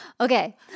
Okay